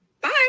bye